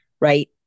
right